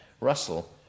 Russell